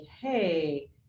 hey